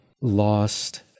lost